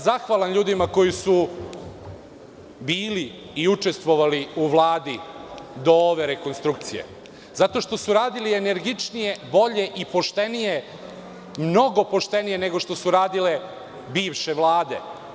Zahvalan sam ljudima koji su bili i učestvovali u Vladi do ove rekonstrukcije zato što su radili energičnije, bolje i poštenije, mnogo poštenije nego što su radile bivše Vlade.